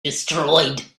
destroyed